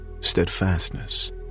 steadfastness